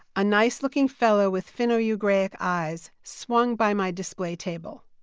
a nice-looking fellow, with finno-ugric eyes, swung by my display table